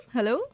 Hello